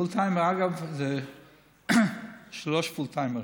פול-טיימר, אגב, זה שלושה פול-טיימרים.